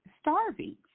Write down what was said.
starving